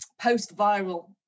post-viral